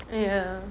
ya